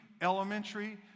elementary